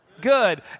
good